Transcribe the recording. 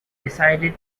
decided